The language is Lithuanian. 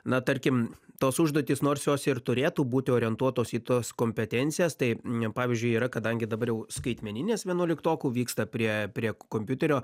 na tarkim tos užduotys nors jos ir turėtų būti orientuotos į tas kompetencijas tai pavyzdžiui yra kadangi dabar jau skaitmeninės vienuoliktokų vyksta prie prie kompiuterio